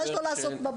מה יש להם לעשות בבית?